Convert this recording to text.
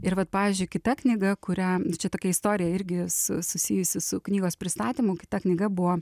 ir vat pavyzdžiui kita knyga kurią čia tokia istorija irgi su susijusi su knygos pristatymu ta knyga buvo